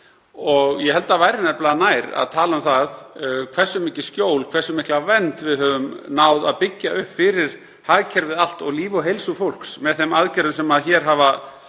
Ég held að það væri nefnilega nær að tala um hversu mikið skjól, hversu mikla vernd, við höfum náð að byggja upp fyrir hagkerfið allt og líf og heilsu fólks með þeim aðgerðum sem gripið hefur